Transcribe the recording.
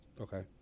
Okay